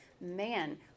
man